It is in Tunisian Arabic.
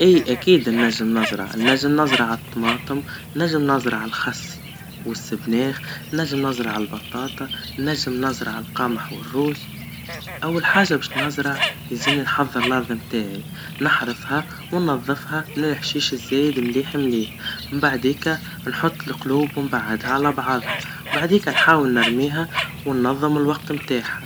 إي أكيد ننجم نزرع, ننجم نزرع الطماطم, ننجم نزرع الخس, والسبناخ, ننجم نزرع البطاطا, ننجم نزرع القمح والرز, أول حاجة بش نزرع, يزين نحضر الارض متاعي, نحرثها, وننظفها من الحشيش الزايد, مليح مليح, ومن بعد هيكا, نحط القلوب ونبعدها على بعضها, بعد هيك نحاول نرويها وننظم الوقت متاعها.